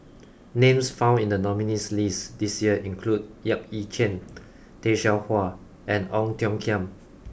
names found in the nominees' list this year include Yap Ee Chian Tay Seow Huah and Ong Tiong Khiam